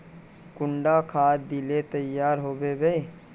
कुंडा खाद दिले तैयार होबे बे?